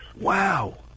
Wow